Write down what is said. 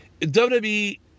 WWE